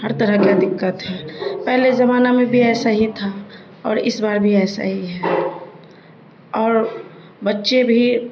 ہر طرح کا دقت ہے پہلے زمانہ میں بھی ایسا ہی تھا اور اس بار بھی ایسا ہی ہے اور بچے بھی